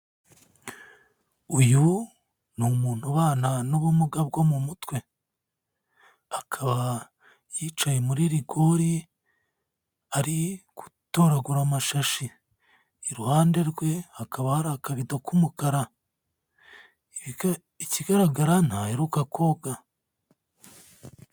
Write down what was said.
Uyu ni umuntu ubana n'ubumuga bwo mu mutwe. Akaba yicaye muri rigori, ari gutoragura amashashi. Iruhande rwe hakaba hari akabido k'umukara. Ikigaragara ntaheruka koga.